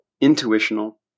intuitional